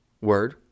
word